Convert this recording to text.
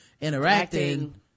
interacting